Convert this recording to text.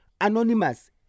anonymous